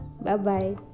Bye-bye